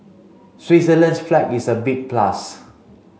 Switzerland's flag is a big plus